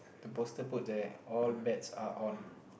the poster put there all bets are on